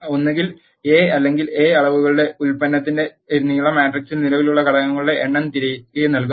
ഒന്നുകിൽ എ അല്ലെങ്കിൽ എ അളവുകളുടെ ഉൽ പ്പന്നത്തിന്റെ നീളം മാട്രിക്സിൽ നിലവിലുള്ള ഘടകങ്ങളുടെ എണ്ണം തിരികെ നൽകും